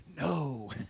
no